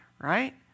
right